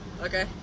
Okay